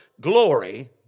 glory